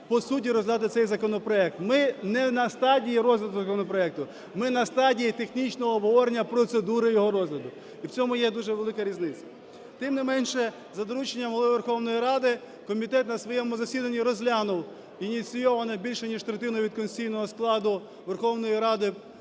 по суті розглядати цей законопроект. Ми не на стадії розгляду законопроекту, ми на стадії технічного обговорення процедури його розгляду. І в цьому є дуже велика різниця. Тим не менше, за дорученням Голови Верховної Ради комітет на своєму засіданні розглянув ініційоване більш ніж третиною від конституційного складу Верховної Ради